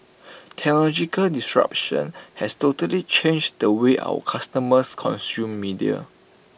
technological disruption has totally changed the way our customers consume media